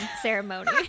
ceremony